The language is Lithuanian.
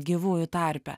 gyvųjų tarpe